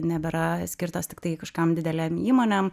nebėra skirtos tiktai kažkokiom didelėm įmonėm